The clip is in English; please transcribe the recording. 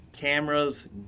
cameras